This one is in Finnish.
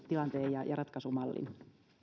tilanteen ja ratkaisumallin